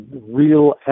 real